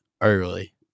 early